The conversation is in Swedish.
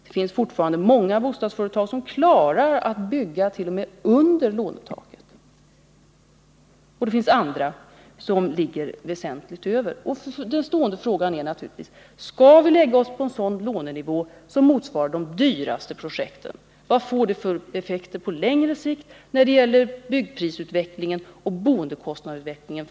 Det finns fortfarande många bostadsföretag som klarar att bygga t.o.m. under lånetaket, medan andra ligger väsentligt över. Den stående frågan är naturligtvis: Skall vi lägga oss på en lånenivå som motsvarar de dyraste projekten? Vilka effekter skulle det få på längre sikt för hyresgästerna när det gäller byggprisutvecklingen och boendekostnadsutvecklingen?